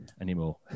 anymore